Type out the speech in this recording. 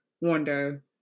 wonder